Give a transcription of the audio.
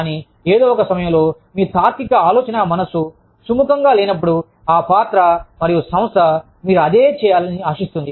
కానీ ఏదో ఒక సమయంలో మీ తార్కిక ఆలోచనా మనస్సు సుముఖంగా లేనప్పుడు ఆ పాత్ర మరియు సంస్థ మీరు అదే చేయాలని ఆశిస్తుంది